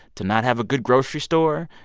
to not have a good grocery store,